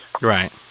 Right